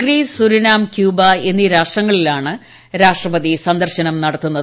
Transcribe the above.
Greece Suriname Cuba എന്നീ രാഷ്ട്രങ്ങളിലാണ് രാഷ്ട്രപതി സന്ദർശിക്കുന്നത്